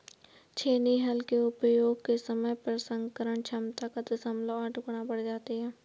छेनी हल के उपयोग से समय प्रसंस्करण क्षमता एक दशमलव आठ गुना बढ़ जाती है